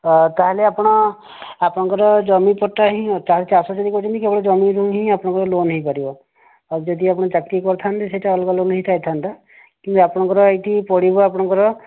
ଆ ତାହେଲେ ଆପଣ ଆପଣଙ୍କର ଜମି ପଟ୍ଟା ହିଁ ତାହେଲେ ଚାଷ ଜମି କହୁଛନ୍ତି ଜମିରୁ ହିଁ ଆପଣଙ୍କର ଲୋନ ହେଇପାରିବ ଆଉ ଯଦି ଆପଣ ଚାକିରୀ କରିଥାନ୍ତେ ସେଇଟା ଅଲଗା ଲୋନ ହୋଇପାରିଥାନ୍ତା କି ଆପଣଙ୍କର ଏଇଠି ପଡ଼ିବ ଆପଣଙ୍କର